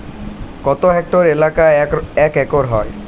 কত হেক্টর এলাকা এক একর হয়?